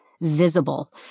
visible